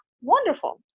wonderful